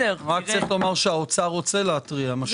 האוצר רוצה להתריע.